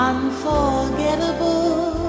Unforgettable